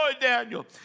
Daniel